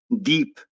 deep